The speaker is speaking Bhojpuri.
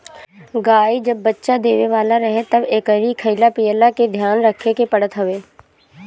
गाई जब बच्चा देवे वाला रहे तब एकरी खाईला पियला के ध्यान रखे के पड़त हवे